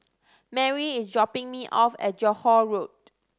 Marry is dropping me off at Johore Road